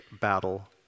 battle